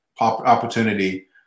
opportunity